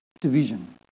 division